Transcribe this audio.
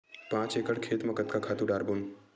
पांच एकड़ खेत म कतका खातु डारबोन?